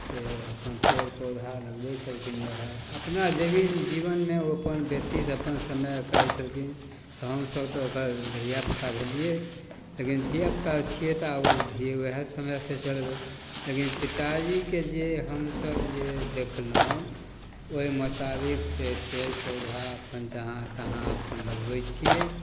से अपन पेड़ पौधा लगबै छलखिन रहै अपना जेभी जीवनमे ओ अपन व्यतीत अपन समय कहै छलखिन तऽ हमसभ तऽ ओकर धिआपुता भेलिए लेकिन धिआपुता छिए तऽ आब धिए वएह समय से चलबै लेकिन पिताजीके जे हमसभ जे देखलहुँ ओहि मोताबिक से पेड़ पौधा अपन जहाँ तहाँ अपन लगबै छिए